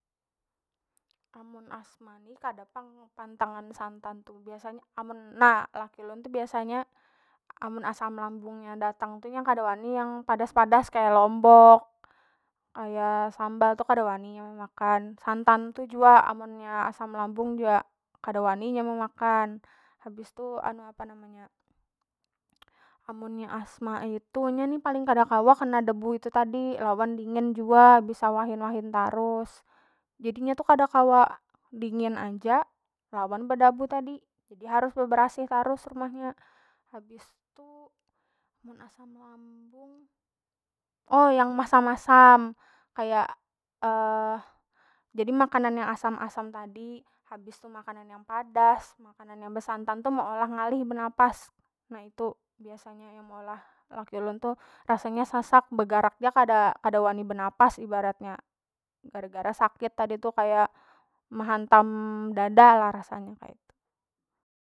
Amun asma ni kada pang pantangan santan tu biasanya amun na laki ulun tu biasanya amun asam lambung nya datang tu inya kada wani yang padas- padas kaya lombok kaya sambal tu kada wani inya memakan. Santan tu jua amunnya asam lambung jua kada wani inya memakan habis tu anu apa namanya amunnya asma itu inya ni paling kada kawa kena debu itu tadi lawan dingin jua bisa wahin- wahin tarus jadi nya tu kada kawa dingin aja lawan bedabu tadi, jadi harus bebarasih tarus rumahnya habis tu amun asam lambung yang masam- masam kaya jadi makanan yang asam- asam tadi habis tu makanan yang padas, makanan yang besantan tu meolah ngalih benapas na itu biasanya yang meolah laki ulun tu rasanya sasak begarak ja kada- kada wani benapas ibaratnya gara- gara sakit tadi tu kaya mehantam dada lah rasanya kaitu.